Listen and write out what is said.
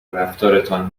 رفتارتان